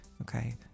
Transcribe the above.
okay